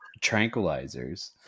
tranquilizers